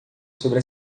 sobre